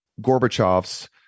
Gorbachev's